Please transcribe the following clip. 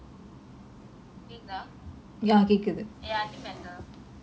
கேக்குதா:kekkuthaa ya I think better